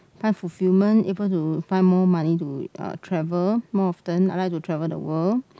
find fulfillment able to find more money to uh travel more often I like to travel the world